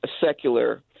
secular